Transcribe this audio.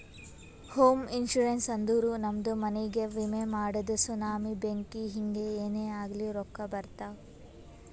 ಹೋಮ ಇನ್ಸೂರೆನ್ಸ್ ಅಂದುರ್ ನಮ್ದು ಮನಿಗ್ಗ ವಿಮೆ ಮಾಡದು ಸುನಾಮಿ, ಬೆಂಕಿ ಹಿಂಗೆ ಏನೇ ಆಗ್ಲಿ ರೊಕ್ಕಾ ಬರ್ತಾವ್